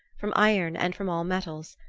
from iron and from all metals,